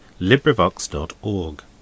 LibriVox.org